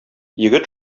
егет